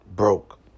Broke